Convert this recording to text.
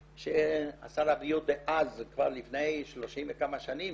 ששר הבריאות דאז כבר לפני 30 וכמה שנים